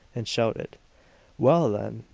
and shouted well, then,